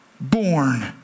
born